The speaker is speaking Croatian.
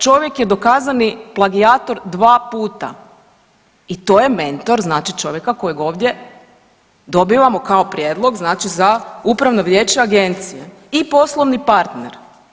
Čovjek je dokazani plagijator 2 puta i to je mentor znači čovjeka kojeg ovdje dobijamo kao prijedlog znači za upravno vijeće agencije i poslovni partner.